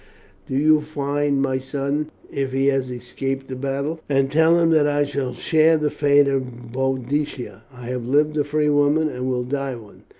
do you find my son if he has escaped the battle, and tell him that i shall share the fate of boadicea. i have lived a free woman, and will die one.